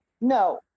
No